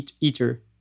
eater